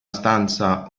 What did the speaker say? stanza